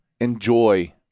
enjoy